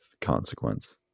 consequence